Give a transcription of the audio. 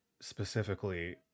specifically